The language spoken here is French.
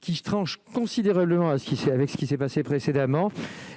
qui tranche considérablement si c'est avec ce qui s'est passé précédemment